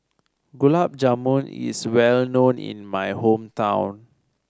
Gulab Jamun is well known in my hometown